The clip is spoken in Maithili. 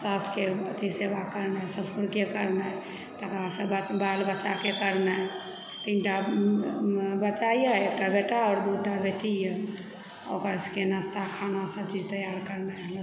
सासके अथी सेवा करनाइ ससुरके करनाइ तकर बाद सँ बाल बच्चाकेँ करनाइ तीनटा बच्चा यऽ एकटा बेटा आओर दूटा बेटी यऽओकर सबकेँ नास्ता खाना सब चीज तैयार करनाइ